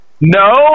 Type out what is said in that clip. No